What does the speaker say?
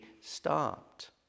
stopped